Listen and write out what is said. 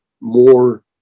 more